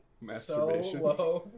masturbation